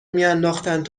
میانداختند